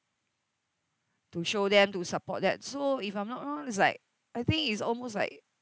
to show them to support that so if I'm not wrong it's like I think it's almost like